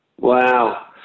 wow